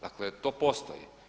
Dakle to postoji.